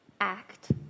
act